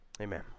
Amen